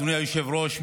אדוני היושב-ראש,